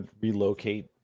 relocate